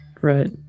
Right